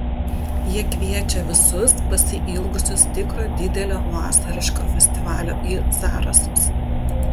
jie kviečia visus pasiilgusius tikro didelio vasariško festivalio į zarasus